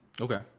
Okay